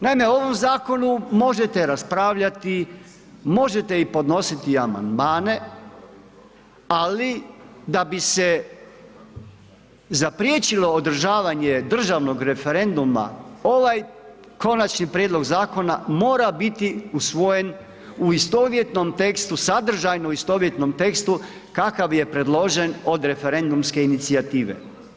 Naime, o ovom zakonu možete raspravljati, možete podnositi i amandmane, ali da bi se zapriječilo održavanje državnog referenduma, ovaj Konačni prijedlog zakona mora biti usvojen u istovjetnom tekstu, sadržajno istovjetnom tekstu kakav je predložen od referendumske inicijative.